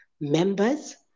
members